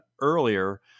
earlier